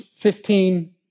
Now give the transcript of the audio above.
15